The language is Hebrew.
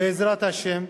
בעזרת השם,